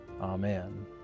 Amen